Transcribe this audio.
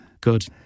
Good